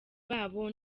babo